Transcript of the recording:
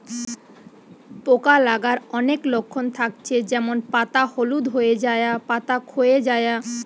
পোকা লাগার অনেক লক্ষণ থাকছে যেমন পাতা হলুদ হয়ে যায়া, পাতা খোয়ে যায়া